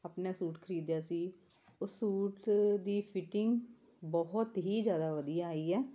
ਆਪਣਾ ਸੂਟ ਖਰੀਦਿਆ ਸੀ ਉਹ ਸੂਟ ਦੀ ਫਿਟਿੰਗ ਬਹੁਤ ਹੀ ਜ਼ਿਆਦਾ ਵਧੀਆ ਆਈ ਆ